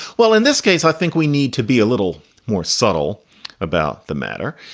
well, in this case, i think we need to be a little more subtle about the matter.